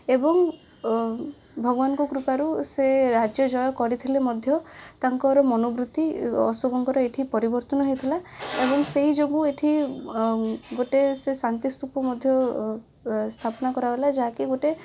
ଏବଂ ଓ ଭଗବାନଙ୍କକୃପାରୁ ସେ ରାଜ୍ୟଜୟ କରିଥିଲେ ମଧ୍ୟ ତାଙ୍କର ମନବୃତି ଅଶୋକଙ୍କର ଏଇଠି ପରିବର୍ତ୍ତନ ହେଇଥିଲା ଏବଂ ସେଇଯୋଗୁଁ ଏଇଠି ଗୋଟେ ସେ ଶାନ୍ତିସ୍ତୂପ ମଧ୍ୟ ସ୍ଥାପନ କରାଗଲା ଯାହାକି ଗୋଟେ